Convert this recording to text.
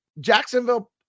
Jacksonville